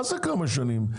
מה זה כמה שנים?